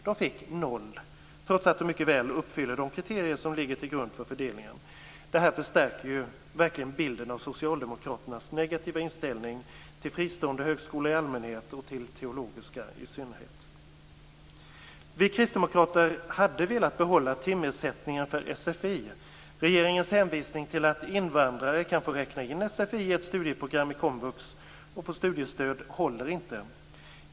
De fick noll, trots att de mycket väl uppfyller de kriterier som ligger till grund för fördelningen. Det här förstärker ju verkligen bilden av Socialdemokraternas negativa inställning till fristående högskolor i allmänhet och till teologiska sådana i synnerhet. Vi kristdemokrater hade velat behålla timersättningen för sfi. Regeringens hänvisning till att invandrare kan få räkna in sfi i ett studieprogram i komvux och få studiestöd håller inte.